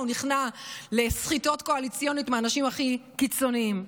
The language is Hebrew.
נכנע לסחיטות קואליציונית מהאנשים הכי קיצוניים.